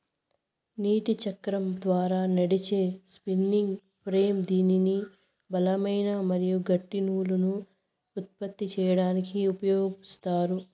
నీటి చక్రం ద్వారా నడిచే స్పిన్నింగ్ ఫ్రేమ్ దీనిని బలమైన మరియు గట్టి నూలును ఉత్పత్తి చేయడానికి ఉపయోగిత్తారు